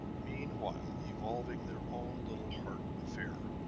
meanwhile evolving their own little heart affair.